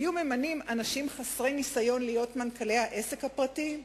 היו ממנים אנשים חסרי ניסיון להיות מנכ"לי העסק הפרטי?